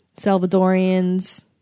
Salvadorians